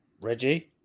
Reggie